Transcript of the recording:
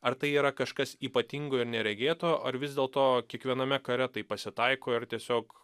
ar tai yra kažkas ypatingo ir neregėto ar vis dėlto kiekviename kare tai pasitaiko ir tiesiog